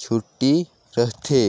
छुट्टी रथे